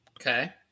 Okay